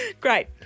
Great